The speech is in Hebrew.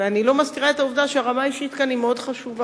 ואני לא מסתירה את העובדה שהרמה האישית כאן היא מאוד חשובה,